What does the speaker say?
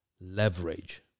leverage